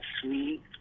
sweet